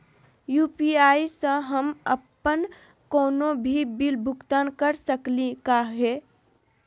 UPI स हम अप्पन कोनो भी बिल भुगतान कर सकली का हे?